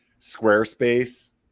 Squarespace